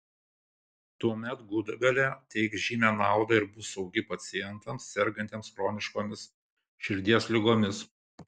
tuomet gudobelė teiks žymią naudą ir bus saugi pacientams sergantiems chroniškomis širdies ligomis